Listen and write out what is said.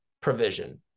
provision